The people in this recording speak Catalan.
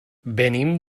venim